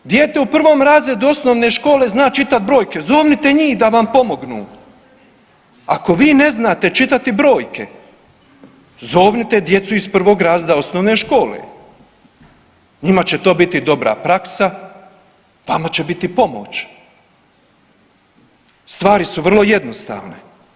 Dijete u prvom razredu osnovne škole zna čitat brojke, zovnite njih da vam pomognu, ako vi ne znate čitati brojke zovnite djecu iz prvog razreda osnovne škole, njima će to biti dobra praksa, vama će biti pomoć, stvari su vrlo jednostavne.